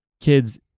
kids